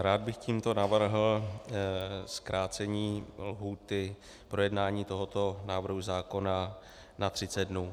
Rád bych tímto navrhl zkrácení lhůty k projednání tohoto návrhu zákona na třicet dnů.